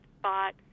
spot